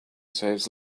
saves